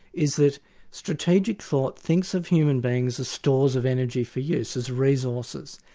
is that strategic thought thinks of human beings as stores of energy for use, as resources,